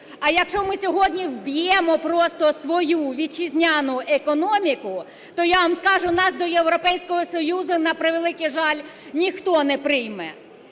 А якщо ми сьогодні вб'ємо просто свою вітчизняну економіку, то я вам скажу, нас до Європейського Союзу, на превеликий жаль, ніхто не прийме.